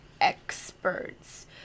experts